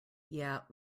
yeah